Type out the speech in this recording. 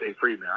Freeman